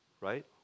right